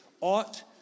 ought